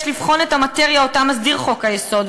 יש לבחון את המאטריה אותה מסדיר חוק-היסוד,